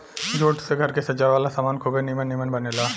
jute से घर के सजावे वाला सामान खुबे निमन निमन बनेला